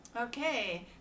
okay